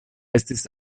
estis